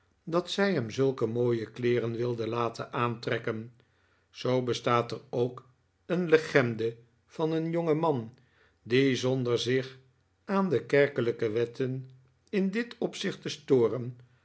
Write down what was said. dat zij hem zulke mooie kleeren wilden laten aantrekken zoo bestaat er ook een legende van een jongeman die zonder zich aan de kerkelijke wetten in dit opzicht te storen